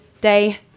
day